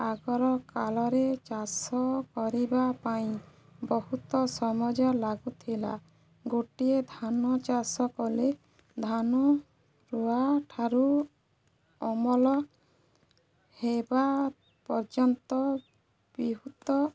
ଆଗର କାଳରେ ଚାଷ କରିବା ପାଇଁ ବହୁତ ସମଜ ଲାଗୁଥିଲା ଗୋଟିଏ ଧାନ ଚାଷ କଲେ ଧାନ ରୁଆ ଠାରୁ ଅମଲ ହେବା ପର୍ଯ୍ୟନ୍ତ ବହୁତ